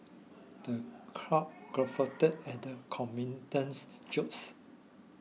the crowd guffawed at the comedian's jokes